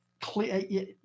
clear